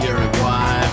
Uruguay